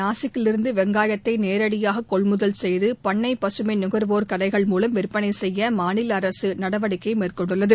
நாசிக்கிலிருந்து வெங்காயத்தை நேரடியாக கொள்முதல் செய்து பண்ணை பசுமை நுகா்வோா் கடைகள் மூலம் விற்பனை செய்ய மாநில அரசு நடவடிக்கை மேற்கொண்டுள்ளது